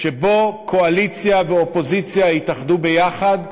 שבה קואליציה ואופוזיציה התאחדו ביחד,